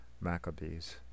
Maccabees